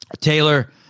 Taylor